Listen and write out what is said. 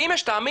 ואם יש חשד,